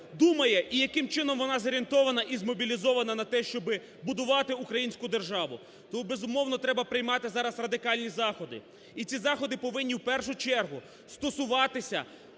думає і яким чином вона зорієнтована і змобілізована на те, щоби будувати українську державу. Тому безумовно треба приймати зараз радикальні заходи і ці заходи повинні в першу чергу стосуватися